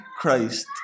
Christ